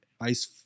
ice